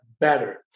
better